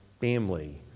family